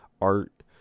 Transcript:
art